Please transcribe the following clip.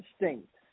instinct